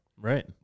Right